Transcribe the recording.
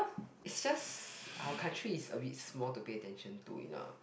it's just our country is a bit small to pay attention to in a